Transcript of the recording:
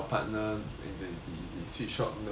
and uh the sweet short note and